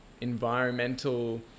environmental